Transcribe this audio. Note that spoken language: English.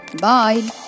Bye